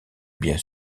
bien